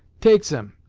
take zem,